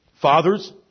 Fathers